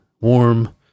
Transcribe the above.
warm